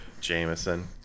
Jameson